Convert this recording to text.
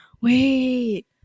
Wait